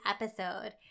episode